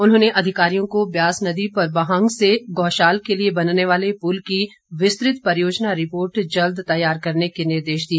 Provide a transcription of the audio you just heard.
उन्होंने अधिकारियों को ब्यास नदी पर बहांग से गौशाल के लिए बनने वाले पुल की विस्तृत परियोजना रिपोर्ट जल्द तैयार करने के निर्देश दिए